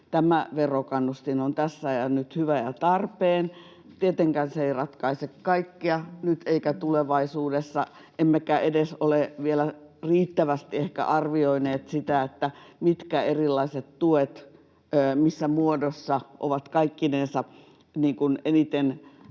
tämä verokannustin on tässä ja nyt hyvä ja tarpeen. Tietenkään se ei ratkaise kaikkea nyt eikä tulevaisuudessa, emmekä edes ole vielä ehkä riittävästi arvioineet sitä, mitkä erilaiset tuet ja missä muodossa ovat kaikkinensa eniten,